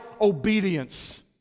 obedience